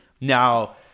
Now